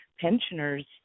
pensioners